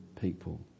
people